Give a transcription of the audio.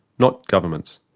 not governments.